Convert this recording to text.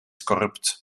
corrupt